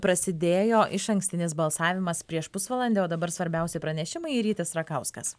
prasidėjo išankstinis balsavimas prieš pusvalandį o dabar svarbiausi pranešimai rytis rakauskas